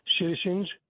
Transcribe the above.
citizens